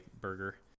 burger